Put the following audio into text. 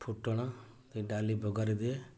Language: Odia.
ଫୁଟଣ ଦେଇ ଡାଲି ବଘାରି ଦିଏ